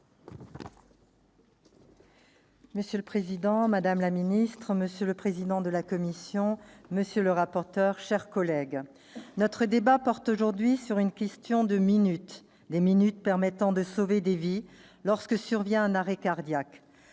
Monsieur le président, madame la secrétaire d'État, monsieur le président de la commission, monsieur le rapporteur, mes chers collègues, notre débat porte aujourd'hui sur une question de minutes, des minutes permettant de sauver des vies lorsque survient un arrêt cardiaque.